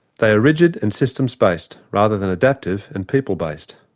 they are rigid and systems-based rather than adaptive and people-based.